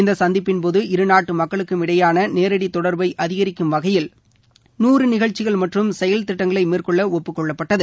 இந்த சந்திப்பின்போது இருநாட்டு மக்களுக்கும் இடையேயான நேரடி தொடர்ளப அதிகரிக்கும் வகையில் நூறு நிகழ்ச்சிகள் மற்றும் செயல் திட்டங்களை மேற்கொள்ள ஒப்புக்கொள்ளப்பட்டது